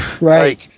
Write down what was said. Right